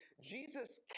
Jesus